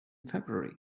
february